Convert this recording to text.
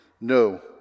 No